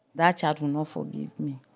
that child will not forgive me.